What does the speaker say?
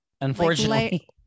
unfortunately